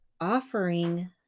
offering